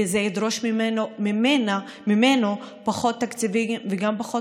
וזה ידרוש מאיתנו פחות תקציבים וגם פחות